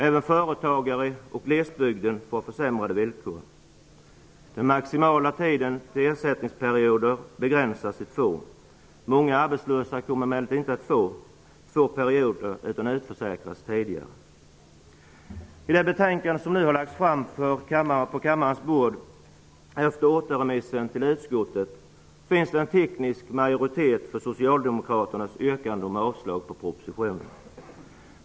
Även företagare på glesbygden får försämrade villkor. Den maximala tiden begränsas till två ersättningsperioder. Många arbetslösa kommer emellertid inte att få två perioder utan utförsäkras tidigare. I det betänkande som nu har lagts på kammarens bord efter återremissen till utskottet finns en teknisk majoritet för Socialdemokraternas yrkande om avslag på propositionen.